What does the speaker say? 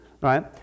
right